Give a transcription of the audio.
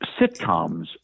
Sitcoms